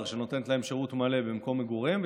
שנותנת להם שירות מלא במקום מגוריהם,